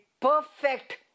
perfect